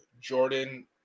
Jordan